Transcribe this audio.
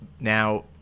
Now